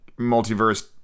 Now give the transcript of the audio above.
multiverse